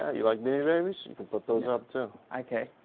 ah you like beanie babies? you can put those up too. okay,